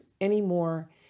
anymore